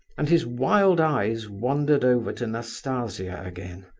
and his wild eyes wandered over to nastasia again,